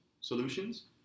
solutions